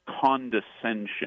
condescension